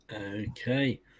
Okay